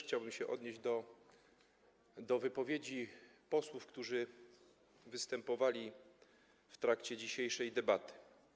Chciałbym się odnieść do wypowiedzi posłów, którzy występowali w trakcie dzisiejszej debaty.